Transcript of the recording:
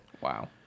wow